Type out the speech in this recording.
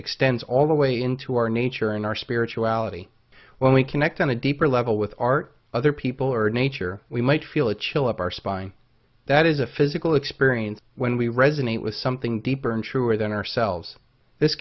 extends all the way into our nature and our spirituality when we connect on a deeper level with art other people or nature we might feel a chill up our spine that is a physical experience when we resonate with something deeper and sure than ourselves this